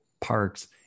parks